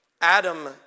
Adam